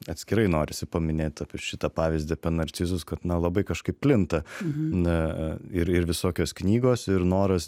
atskirai norisi paminėt apie šitą pavyzdį apie narcizus kad na labai kažkaip plinta na ir ir visokios knygos ir noras